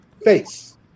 face